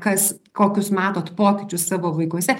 kas kokius matot pokyčius savo vaikuose